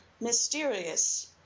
mysterious